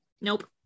Nope